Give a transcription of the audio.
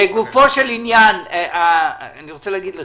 לגופו של עניין אני רוצה להגיד לך,